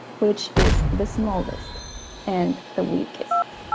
which is the smallest and the weakest.